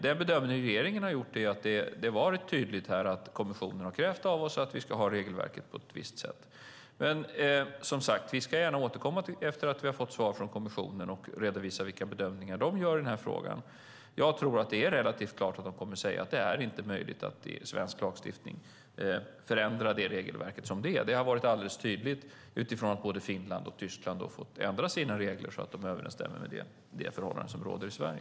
Den bedömning regeringen har gjort är att det var tydligt att kommissionen krävde av oss att vi ska ha regelverket på ett visst sätt. Vi ska som sagt gärna återkomma efter det att vi har fått svar kommissionen och redovisa vilka bedömningar kommissionen gör i frågan. Jag tror att det är relativt klart att kommissionen kommer att säga att det inte är möjligt att i svensk lagstiftning förändra regelverket. Det har varit alldeles tydligt utifrån att både Finland och Tyskland har fått ändra sina regler så att de överensstämmer med de förhållanden som råder i Sverige.